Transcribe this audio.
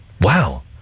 Wow